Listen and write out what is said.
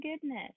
goodness